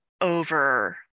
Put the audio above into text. over